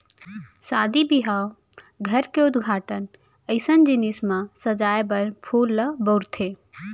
सादी बिहाव, घर के उद्घाटन अइसन जिनिस म सजाए बर फूल ल बउरथे